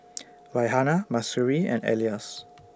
Raihana Mahsuri and Elyas